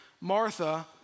Martha